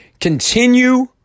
Continue